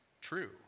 true